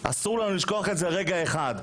אסור לנו לשכוח את זה לרגע אחד.